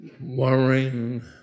worrying